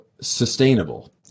sustainable